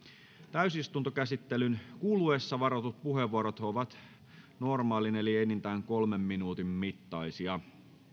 täysistuntokäsittelyn kuluessa varatut puheenvuorot ovat normaalin eli enintään kolmen minuutin mittaisia